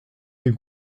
des